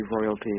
royalty